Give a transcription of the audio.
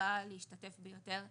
להשתתף יותר,